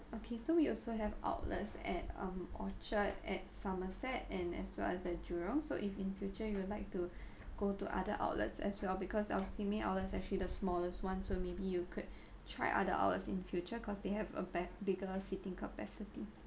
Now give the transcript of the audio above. okay so we also have outlets at um orchard at somerset and as well as at jurong so if in future you would like to go to other outlets as well because our simei outlet is actually the smallest one so maybe you could try other outlets in future cause they have a bet~ bigger seating capacity